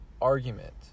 argument